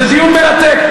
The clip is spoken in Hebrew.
זה דיון מרתק.